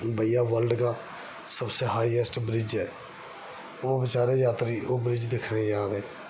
भैया वर्ल्ड का सबसे हाइएस्ट ब्रिज ऐ ओह् बेचारे यात्री ओह् ब्रिज दिक्खने गी जंदे